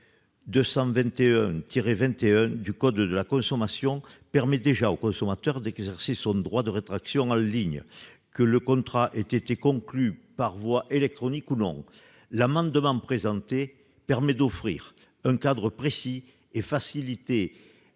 du code de la consommation permet déjà au consommateur d'exercer son droit de rétractation en ligne, que le contrat ait été conclu par voie électronique ou non. Cet amendement tend à offrir un cadre précis et facilité